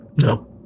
No